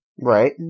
Right